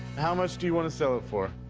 how much do you want to sell it for?